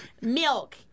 milk